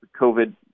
COVID